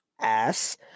ass